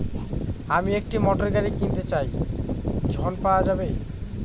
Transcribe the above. আমি একটি মোটরগাড়ি কিনতে চাই ঝণ পাওয়া যাবে?